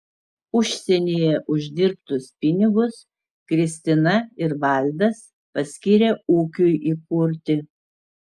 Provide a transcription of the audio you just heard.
užsienyje uždirbtus pinigus kristina ir valdas paskyrė ūkiui įkurti